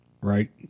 right